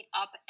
up